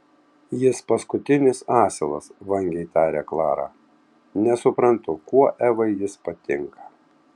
jis paskutinis asilas vangiai taria klara nesuprantu kuo evai jis patinka